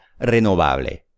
renovable